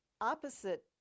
opposite